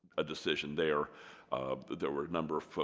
a decision there that there were a number of